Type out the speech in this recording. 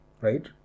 right